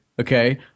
okay